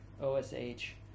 O-S-H